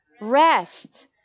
rest